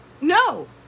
No